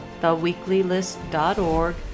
theweeklylist.org